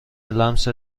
لمست